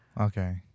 Okay